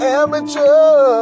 amateur